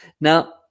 Now